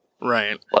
Right